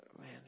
man